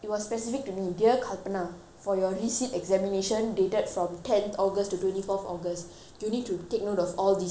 for your resit examination dated from tenth august to twenty fourth august you need to take note of all these things then I just !huh!